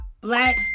black